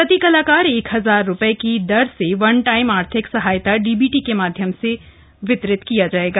प्रति कलाकार एक हजार रुपये की दर से वन टाइम आर्थिक सहायता डीबीटी के माध्यम से वितरित की जाएगी